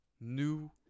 new